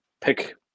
pick